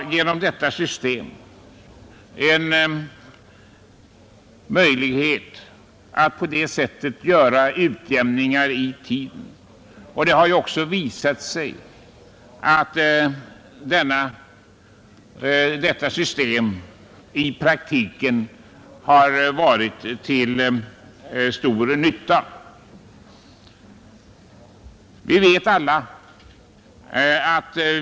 Ett system, som medger utjämningar av detta slag, har visat sig vara till stor nytta.